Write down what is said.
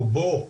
רובו,